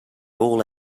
all